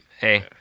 hey